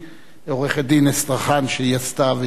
עורכת-הדין אסטרחן, שהיא עשתה, וידה רבה.